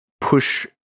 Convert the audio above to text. push